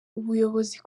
ubuyobozi